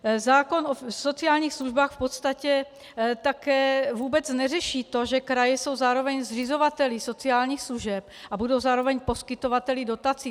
Zákon o sociálních službách v podstatě také vůbec neřeší to, že kraje jsou zároveň zřizovateli sociálních služeb a budou zároveň poskytovateli dotací.